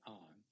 on